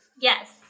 Yes